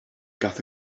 gaeth